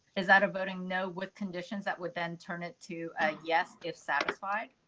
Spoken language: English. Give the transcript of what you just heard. is that a voting no with conditions that would then turn it to a yes, if satisfied.